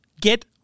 get